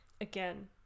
again